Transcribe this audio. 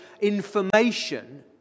information